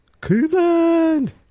Cleveland